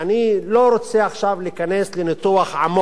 אני לא רוצה עכשיו להיכנס לניתוח עמוק